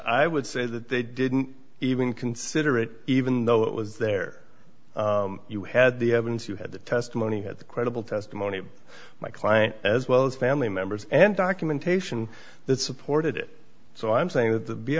i would say that they didn't even consider it even though it was there you had the evidence you had the testimony had credible testimony my client as well as family members and documentation that supported it so i'm saying that